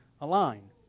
align